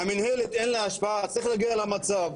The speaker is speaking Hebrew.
המינהלת אין לה השפעה, צריך להגיע למצב,